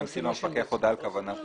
ימציא לו המפקח הודעה על כוונת חיוב.